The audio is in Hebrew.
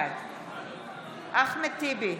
בעד אחמד טיבי,